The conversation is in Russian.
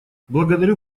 благодарю